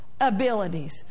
abilities